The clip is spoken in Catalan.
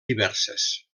diverses